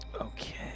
Okay